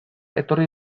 etorri